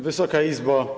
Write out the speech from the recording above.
Wysoka Izbo!